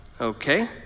Okay